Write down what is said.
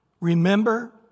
Remember